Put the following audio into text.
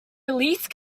release